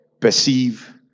perceive